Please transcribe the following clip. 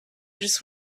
just